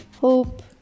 Hope